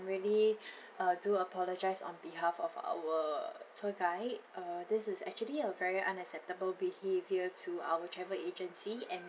really uh do apologise on behalf of our tour guide err this is actually a very unacceptable behaviour to our travel agency and